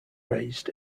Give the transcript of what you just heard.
raised